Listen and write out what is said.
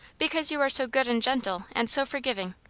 because you are so good and gentle, and so forgiving.